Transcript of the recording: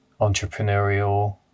entrepreneurial